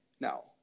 no